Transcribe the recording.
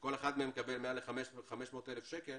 שכל אחד מהם מקבל מעל ל-500 אלף שקל